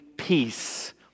Peace